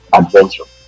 adventure